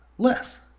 Less